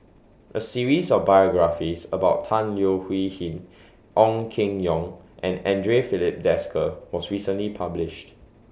A series of biographies about Tan Leo Hui Hin Ong Keng Yong and Andre Filipe Desker was recently published